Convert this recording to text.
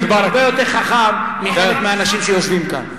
אני חושב שהעולם בעניין הזה הרבה יותר חכם מחלק מהאנשים שיושבים כאן.